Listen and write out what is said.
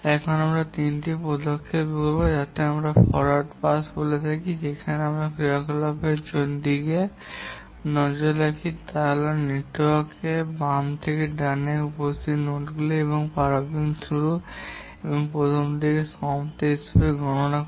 এখানে আমাদের তিনটি পদক্ষেপ থাকবে যাকে আমরা ফরোয়ার্ড পাস বলে থাকি যেখানে আমরা ক্রিয়াকলাপগুলির দিকে নজর রাখি তা হল নেটওয়ার্কে বাম থেকে ডানে উপস্থিত নোডগুলি এবং প্রারম্ভিক শুরু এবং প্রথম দিকের সমাপ্তি গণনা করা